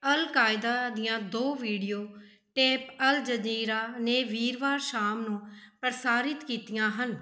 al Qaeda ਦੀਆਂ ਦੋ video tape Al Jazeera ਨੇ ਵੀਰਵਾਰ ਸ਼ਾਮ ਨੂੰ ਪ੍ਰਸਾਰਿਤ ਕੀਤੀਆਂ ਹਨ